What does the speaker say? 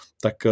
Tak